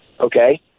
Okay